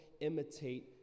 imitate